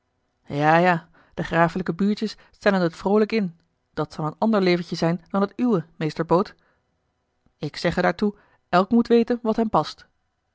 ja ja de grafelijke buurtjes stellen het vroolijk in dat zal een ander leventje zijn dan het uwe meester boot ik zegge daartoe elk moet weten wat hem past